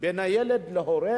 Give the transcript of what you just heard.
בין הילד להורה.